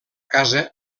casa